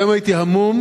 היום הייתי המום,